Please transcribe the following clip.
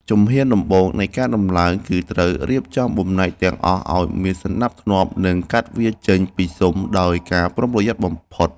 ជំហានដំបូងនៃការដំឡើងគឺត្រូវរៀបចំបំណែកទាំងអស់ឱ្យមានសណ្ដាប់ធ្នាប់ និងកាត់វាចេញពីស៊ុមដោយការប្រុងប្រយ័ត្នបំផុត។